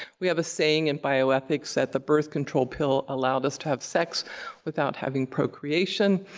we have a saying in bioethics, that the birth control pill allowed us to have sex without having procreation,